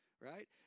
Right